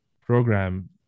program